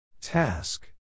Task